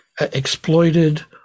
exploited